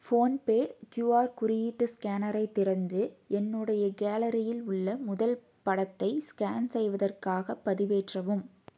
phone பே QR குறியீட்டு ஸ்கேனரை திறந்து என்னுடைய கேலரியில் உள்ள முதல் படத்தை ஸ்கேன் செய்வதற்காக பதிவேற்றவும்